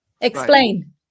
Explain